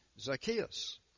Zacchaeus